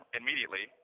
immediately